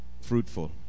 fruitful